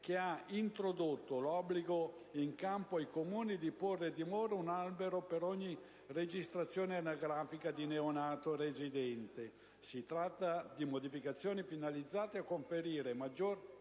che ha introdotto l'obbligo in capo ai Comuni di porre a dimora un albero per ogni registrazione anagrafica di neonato residente. Si tratta di modificazioni finalizzate a conferire maggiore